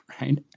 right